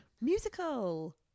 Musical